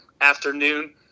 afternoon